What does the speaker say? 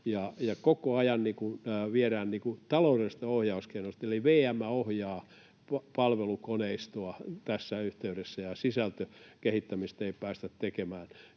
koko ajan viedään taloudellisista ohjauskeinoista, eli VM ohjaa palvelukoneistoa tässä yhteydessä ja sisältökehittämistä ei päästä tekemään.